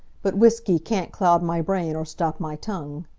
but whisky can't cloud my brain or stop my tongue.